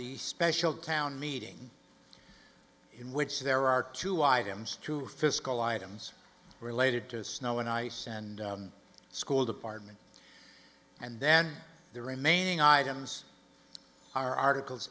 the special town meeting in which there are two items two fiscal items related to snow and ice and school department and then the remaining items are articles